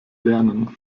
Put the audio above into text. lernen